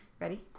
Ready